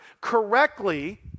correctly